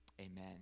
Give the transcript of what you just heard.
Amen